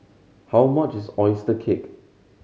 how much is oyster cake